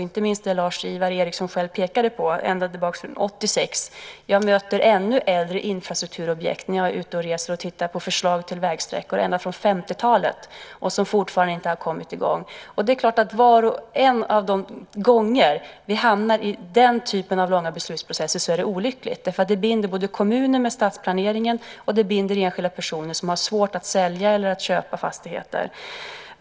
Inte minst Lars-Ivar Ericson pekade på ett exempel ända från 1986. Jag möter ännu äldre infrastrukturobjekt när jag är ute och reser och tittar på förslag till vägsträckor. Det kan vara projekt ända från 50-talet som fortfarande inte har kommit i gång. Det är klart att det varje gång vi hamnar i den typen av långa beslutsprocesser är olyckligt, därför att det binder både kommuner med stadsplaneringen och enskilda personer som har svårt att sälja eller att köpa fastigheter.